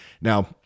Now